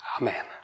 Amen